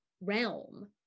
realm